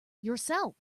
yourself